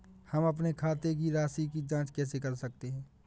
हम अपने खाते की राशि की जाँच कैसे कर सकते हैं?